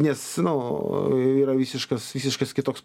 nes nu yra visiškas visiškas kitoks